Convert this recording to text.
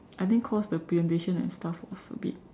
I think cause the presentation and stuff was a bit